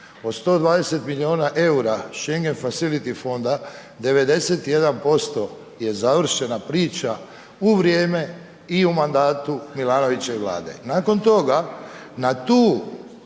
o 120 milijuna eura …/Govornik se ne razumije./… fonda, 91% je završena priča u vrijeme i u mandatu Milanovićeve Vlade. Nakon toga, na tu